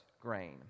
grain